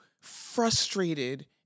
frustrated